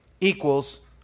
equals